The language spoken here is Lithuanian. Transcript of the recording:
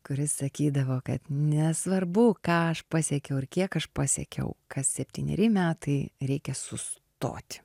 kuris sakydavo kad nesvarbu ką aš pasiekiau ir kiek aš pasiekiau kas septyneri metai reikia sustot